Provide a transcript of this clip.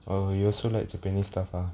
oh you also like japanese stuff ah